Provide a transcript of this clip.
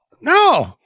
No